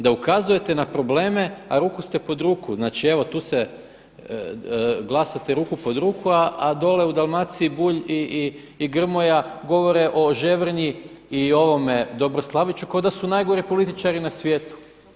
Da ukazujete na probleme, a ruku ste pod ruku, znači evo tu se glasate ruku pod ruku, a dole u Dalmaciji Bulj i Grmoja govore o Ževrnji i ovome Dobroslaviću kao da su najgori političari na svijetu.